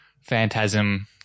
Phantasm